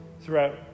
Throughout